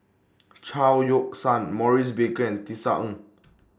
Chao Yoke San Maurice Baker and Tisa Ng